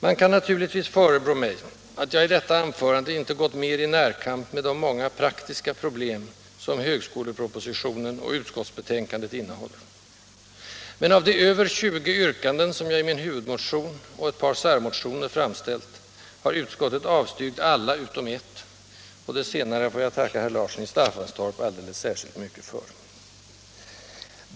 Man kan naturligtvis förebrå mig att jag i detta anförande inte gått mer i närkamp med de många praktiska problem som högskolepropositionen och utskottsbetänkandet innehåller. Men av de över 20 yrkanden som jag i min huvudmotion och ett par särmotioner framställt har utskottet avstyrkt alla utom ett — och det senare får jag tacka herr Larsson i Staffanstorp alldeles särskilt mycket för.